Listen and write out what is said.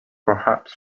perhaps